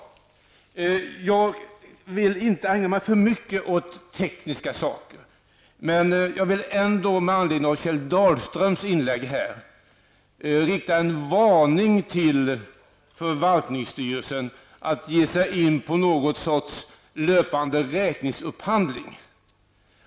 Jag skall inte ägna för mycket tid åt tekniska saker, men med anledning av Kjell Dahlströms inlägg vill jag ändå rikta en varning till förvaltningsstyrelsen för att ge sig in på någon sorts löpande räkningsupphandling.